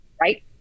right